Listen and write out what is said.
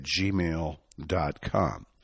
gmail.com